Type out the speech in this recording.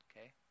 okay